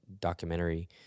documentary